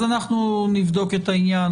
אנחנו נבדוק את העניין.